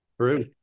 True